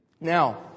Now